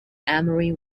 amory